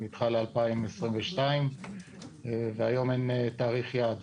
נידחה ל-2022 והיום אין תאריך יעד.